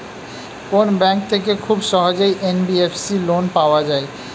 কোন ব্যাংক থেকে খুব সহজেই এন.বি.এফ.সি লোন পাওয়া যায়?